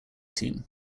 team